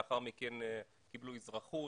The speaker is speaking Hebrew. לאחר מכן קיבלו אזרחות,